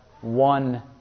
one